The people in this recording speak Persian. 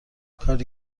کاری